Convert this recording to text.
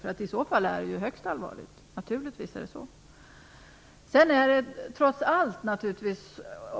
I så fall är det naturligtvis högst allvarligt.